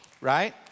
right